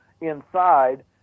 inside